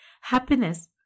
happiness